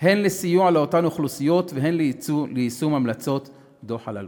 הן לסיוע לאותן אוכלוסיות והן ליישום המלצות דוח אלאלוף.